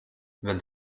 wenn